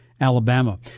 Alabama